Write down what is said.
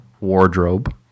wardrobe